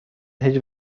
هیچ